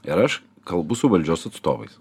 ir aš kalbu su valdžios atstovais